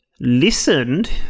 listened